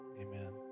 amen